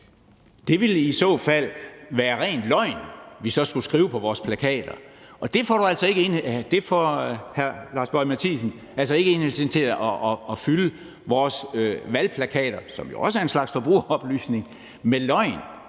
Det ville i så fald være ren løgn, vi skulle skrive på vores plakater, og hr. Lars Boje Mathiesen får altså ikke os i Enhedslistens til at fylde vores valgplakater, som